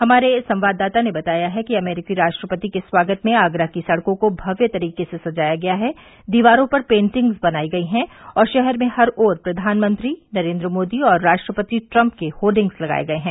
हमारे संवाददाता ने बताया है कि अमरीकी राष्ट्रपति के खागत में आगरा की सड़कों को भव्य तरीके से सजाया गया है दीवारों पर पेंटिंस बनायी गयी हैं और शहर में हर ओर प्रधानमंत्री नरेंद्र मोदी और राष्ट्रपति ट्रम्प के होर्डिंग लगाये गये हैं